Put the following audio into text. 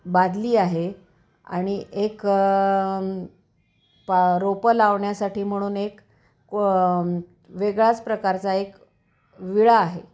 बादली आहे आणि एक पा रोपं लावण्यासाठी म्हणून एक को वेगळाच प्रकारचा एक विळा आहे